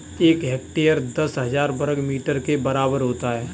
एक हेक्टेयर दस हजार वर्ग मीटर के बराबर होता है